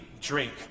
drink